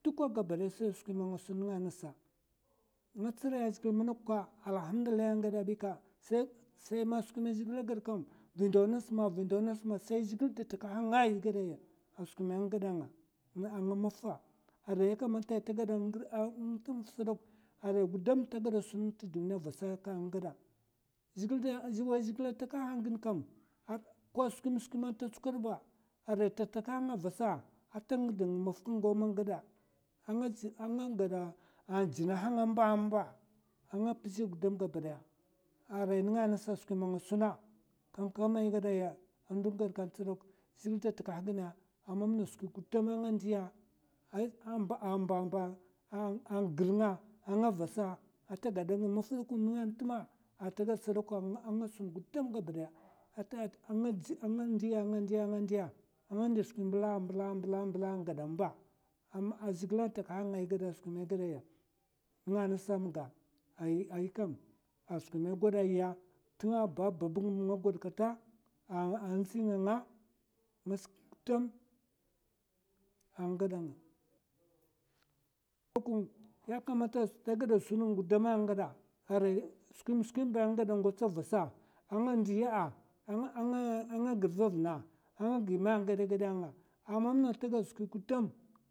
Duka gabadaya sa skwi ma nga sun nènga nasa. nga tsriya zhègil manok ka alhamdullai nga gada bi ka sai skwi ma zhègil gad kam, vi ndaw nas ma vi ndaw nas ma sai zhègil da takaha nga ay gada ya a skwi ma nga gada nga'ng mafa. yakamata arai ta gada arai gudab ta gada sun t'duniya vasa ka nga gada zhègil da, wai zhègil takahan gin kam kwa skwim skwim ta tsukwad ba arai ta takaha nga vasa ata ngird ng mafa ngaw mè nga gada. a nga gada an jina han ambamba a nga pzè gudam gaba daya arai nènga nasa skwi man nga suna kamkam ay gada ya, a ndun gad ka ts dok zhègil da takahak a mam na skwi gudam a nga ndiya a mbamba a ngir na vasa ata gadang maf dok nènga ntma ata gad sdokwa a nga sun gudam gabadaya ata a nga ndiya, nga ndiya. nga ndiya a nga ndi swkin mbla mbla mbla mbla gabadaya an ngada mba a zhègila takaha nga skwi mai ngada ya. nga nasa mga ai kam a skwi mai gwada ya tng nga ba babb ng nga gwada kata a ndzi nga nga t'nas gudam a nga gada nga dokun yakamata ta gada sun'ng gudam a nga gada arai skwim skwim ba nga gada ngwatsa vasa, a nga ndiya, a nga girva vna a'nga gimè ngagèda gèda nga a mamna ta gad skwi gudam.